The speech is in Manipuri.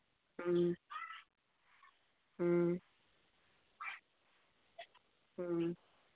ꯎꯝ ꯎꯝ ꯎꯝ